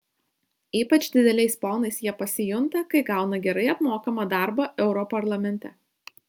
ypač dideliais ponais jie pasijunta kai gauna gerai apmokamą darbą europarlamente